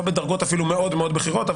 לא בדרגות אפילו מאוד מאוד בכירות,